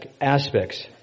aspects